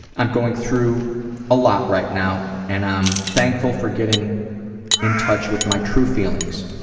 i'm going through a lot right now and i'm thankful for getting in touch with my true feelings,